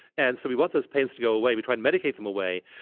and so we want those pains to go away. we try and medicate them away,